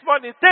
money